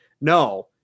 No